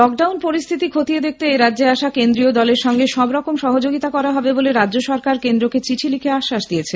lock down পরিস্থিতি খতিয়ে দেখতে এরাজ্যে আসা কেন্দ্রীয় দলের সঙ্গে সবরকম সহযোগিতা করা হবে বলে রাজ্য সরকার কেন্দ্রকে চিঠি লিখে আশ্বাস দিয়েছে